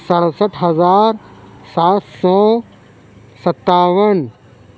سڑھسٹھ ہزار سات سو ستاون